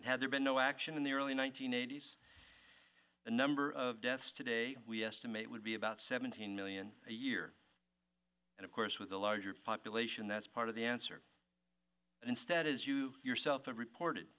and had there been no action in the early one nine hundred eighty s the number of deaths today we estimate would be about seventeen million a year and of course with a larger population that's part of the answer instead as you yourself